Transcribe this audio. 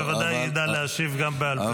אז בוודאי ידע להשיב גם בעל פה.